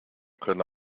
könne